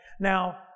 Now